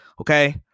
Okay